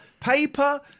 paper